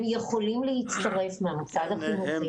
הם יכולים להצטרף מהמוסד החינוכי.